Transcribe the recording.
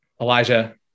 Elijah